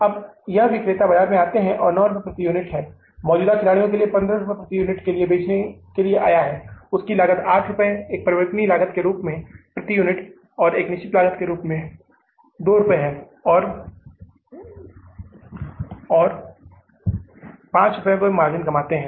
अब यह विक्रेता बाजार में आते है और 9 रुपये प्रति यूनिट है मौजूदा खिलाड़ी के लिए 15 रुपये प्रति यूनिट के लिए बेचने के लिए आया है उनकी लागत 8 रुपये एक परिवर्तनीय लागत के रूप में प्रति यूनिट एक निश्चित लागत के रूप में 2 रुपये और 5 रुपये मार्जिन वे कमाते हैं